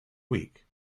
week